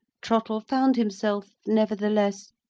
trottle found himself, nevertheless,